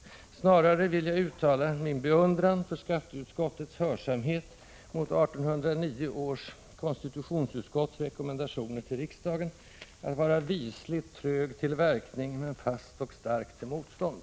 Snarare vill jag uttala min beundran för skatteutskottets hörsamhet mot 1809 års konstitutionsutskotts rekommendationer till riksdagen, att ”vara visligt trög till verkning men fast och stark till motstånd”.